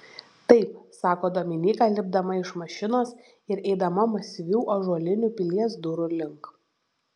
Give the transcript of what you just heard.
taip sako dominyka lipdama iš mašinos ir eidama masyvių ąžuolinių pilies durų link